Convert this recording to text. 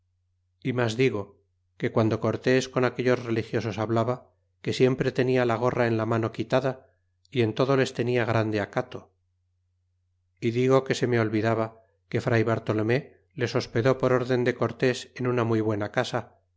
y mas digo que cuando cortes con aquellos religiosos hablaba que siempre tenia la gorra en la mano quitada y en todo les tenia grande acato digo que se me olvidaba que fray bartolome les hospedó por órden de cortes en una muy buena casa